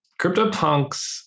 CryptoPunks